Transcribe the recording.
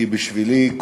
כי בשבילי,